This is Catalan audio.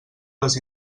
les